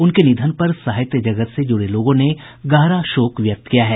उनके निधन पर साहित्य जगत से जुड़े लोगों ने गहरा शोक व्यक्त किया है